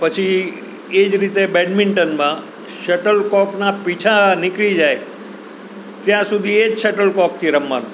પછી એ જ રીતે બેડમિન્ટનમાં શટલ કોઈકના પીંછા નીકળી જાય ત્યાં સુધી એ જ શટલ કોઈકથી રમવાનું